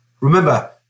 Remember